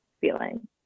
feeling